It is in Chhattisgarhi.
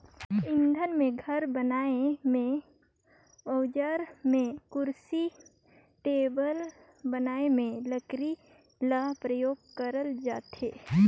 इंधन में, घर बनाए में, अउजार में, कुरसी टेबुल बनाए में लकरी ल परियोग करल जाथे